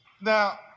Now